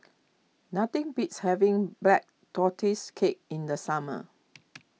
nothing beats having Black Tortoise Cake in the summer